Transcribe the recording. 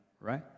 right